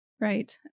right